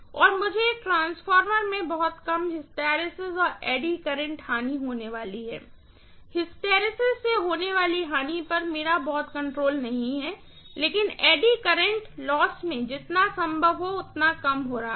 और मुझे एक ट्रांसफॉर्मर में बहुत कम हिस्टैरिसीस और एडी करंट हानि ऐडी होने वाला है हिस्टैरिसीस से होने वाले हानि पर मेरा बहुत कंट्रोल नहीं है लेकिन एडि करंट लॉस मैं जितना संभव हो उतना कम हो रहा है